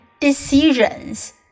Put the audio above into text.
decisions